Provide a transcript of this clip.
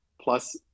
plus